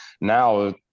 now